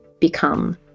become